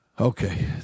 Okay